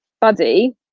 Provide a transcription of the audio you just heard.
buddy